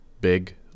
big